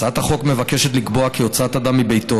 הצעת החוק מבקשת לקבוע כי הוצאת אדם מביתו